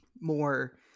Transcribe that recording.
more